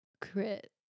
Crit